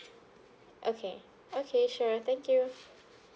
okay okay sure thank you